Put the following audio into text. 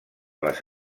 les